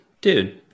dude